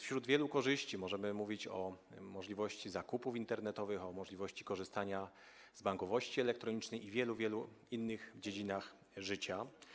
Wśród wielu korzyści możemy mówić o możliwości zakupów internetowych, o możliwości korzystania z bankowości elektronicznej i wielu, wielu innych dziedzinach życia.